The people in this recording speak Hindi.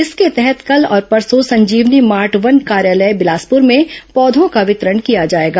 इसके तहत कल और परसों संजीवनी मार्ट वन कार्यालय बिलासपुर में पौधों का वितरण किया जाएगा